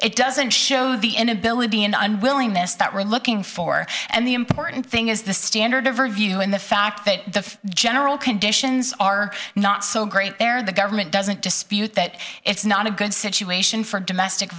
it doesn't show the inability and unwillingness that we're looking for and the important thing is the standard of review and the fact that the general conditions are not so great there the government doesn't dispute that it's not a good situation for domestic